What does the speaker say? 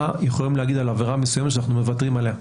יכולים להגיד על עבירה מסוימת אנחנו מוותרים עליה,